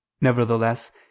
nevertheless